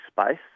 space